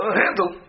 handle